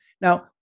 Now